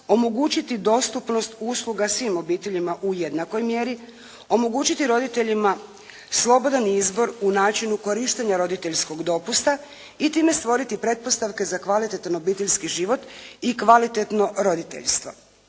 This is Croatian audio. omogućiti dostupnost usluga svim obiteljima u jednakoj mjeri, omogućiti roditeljima slobodan izbor u načinu korištenja roditeljskog dopusta i time stvoriti pretpostavke za kvalitetan obiteljski život i kvalitetno roditeljstvo.